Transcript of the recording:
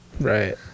Right